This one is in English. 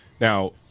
Now